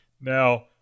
Now